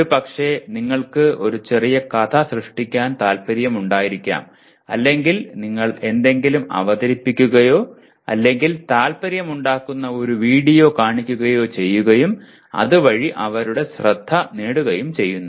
ഒരുപക്ഷേ നിങ്ങൾക്ക് ഒരു ചെറിയ കഥ സൃഷ്ടിക്കാൻ താൽപ്പര്യമുണ്ടായിരിക്കാം അല്ലെങ്കിൽ നിങ്ങൾ എന്തെങ്കിലും അവതരിപ്പിക്കുകയോ അല്ലെങ്കിൽ താൽപ്പര്യമുണ്ടാക്കുന്ന ഒരു വീഡിയോ കാണിക്കുകയോ ചെയ്യുകയും അത് വഴി അവരുടെ ശ്രദ്ധ നേടുകയും ചെയ്യുന്നു